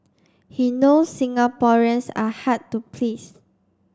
he knows Singaporeans are hard to please